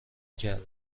کرده